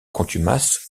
contumace